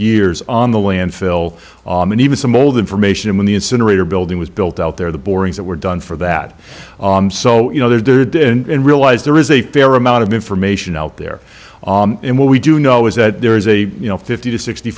years on the landfill and even some old information when the incinerator building was built out there the borings that were done for that so you know there's realize there is a fair amount of information out there and what we do know is that there is a you know fifty to sixty